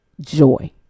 joy